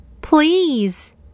please